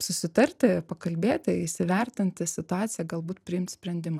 susitarti pakalbėti įsivertinti situaciją galbūt priimt sprendimą